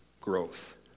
growth